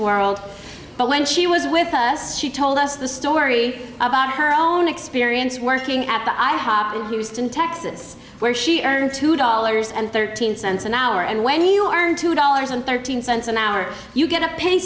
world but when she was with us she told us the story about her own experience working at the i hop in houston texas where she earned two dollars and thirteen cents an hour and when you are two dollars and thirteen cents an hour you get a pay